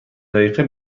دقیقه